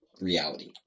reality